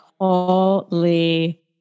Holy